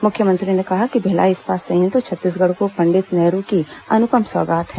मुख्यमंत्री ने कहा कि भिलाई इस्पात संयंत्र छत्तीसगढ़ को पंडित नेहरू की अनुपम सौगात है